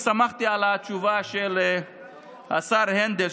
שמחתי על התשובה של השר הנדל,